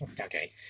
Okay